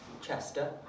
Chester